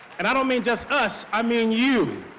and i don't mean just us. i mean you.